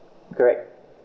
correct